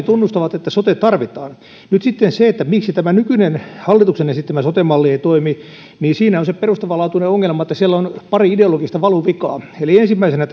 tunnustavat että sote tarvitaan nyt sitten se miksi tämä nykyinen hallituksen esittämä sote malli ei toimi siinä on se perustavanlaatuinen ongelma että siellä on pari ideologista valuvikaa eli ensimmäisenä